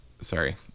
sorry